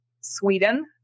sweden